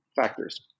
factors